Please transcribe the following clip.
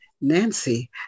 nancy